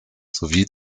sowie